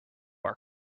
are